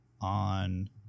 on